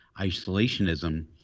isolationism